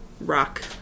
rock